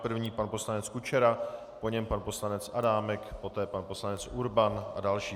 První pan poslanec Kučera, po něm pan poslanec Adámek, poté pan poslanec Urban a další.